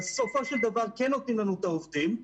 בסופו של דבר, כן נותנים לנו את העובדים.